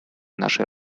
нашей